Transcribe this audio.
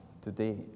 today